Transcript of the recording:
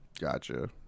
Gotcha